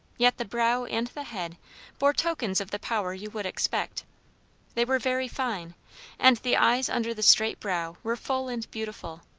yet the brow and the head bore tokens of the power you would expect they were very fine and the eyes under the straight brow were full and beautiful,